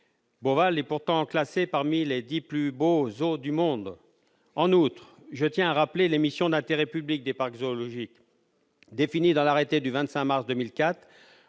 Beauval est pourtant classé parmi les dix plus beaux zoos du monde. En outre, je tiens à rappeler les missions d'intérêt public des parcs zoologiques définies dans l'arrêté du 25 mars 2004,